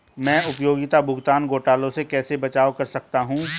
मैं उपयोगिता भुगतान घोटालों से कैसे बचाव कर सकता हूँ?